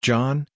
John